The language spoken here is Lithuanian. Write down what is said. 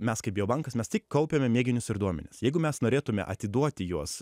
mes kaip bio bankas mes tik kaupiame mėginius ir duomenis jeigu mes norėtume atiduoti juos